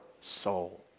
soul